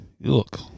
look